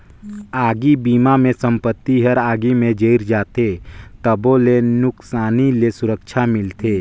आगी बिमा मे संपत्ति हर आगी मे जईर जाथे तबो ले नुकसानी ले सुरक्छा मिलथे